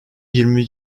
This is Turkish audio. yirmi